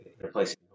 replacing